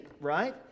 right